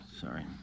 Sorry